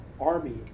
army